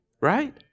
right